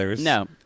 No